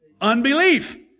unbelief